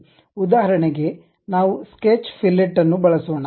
ಉದಾಹರಣೆಗೆ ನಾವು sketch fillet ಅನ್ನು ಬಳಸೋಣ